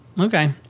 Okay